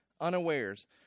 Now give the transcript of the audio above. unawares